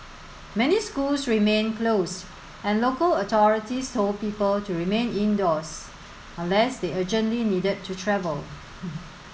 many schools remained closed and local authorities told people to remain indoors unless they urgently needed to travel